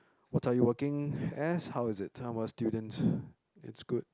what are you working as how is it how about students it's good